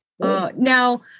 now